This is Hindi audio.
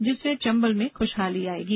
जिससे चंबल में ख्शहाली आयेगी